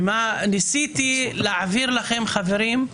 ניסיתי להעביר לכם, חברים,